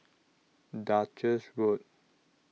Duchess Road